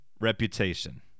reputation